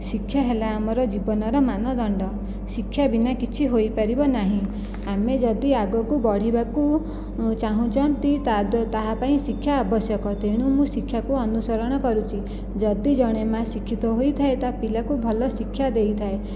ଶିକ୍ଷା ହେଲା ଆମ ଜୀବନର ମାନଦଣ୍ଡ ଶିକ୍ଷା ବିନା କିଛି ହୋଇପାରିବ ନାହିଁ ଆମେ ଯଦି ଆଗକୁ ବଢ଼ିବାକୁ ଚାହୁଁଛନ୍ତି ତ ତାହା ପାଇଁ ଶିକ୍ଷା ଆବଶ୍ୟକ ତେଣୁ ମୁଁ ଶିକ୍ଷାକୁ ଅନୁସରଣ କରୁଛି ଯଦି ଜଣେ ମା ଶିକ୍ଷିତ ହୋଇଥାଏ ତା ପିଲାକୁ ଭଲ ଶିକ୍ଷା ଦେଇଥାଏ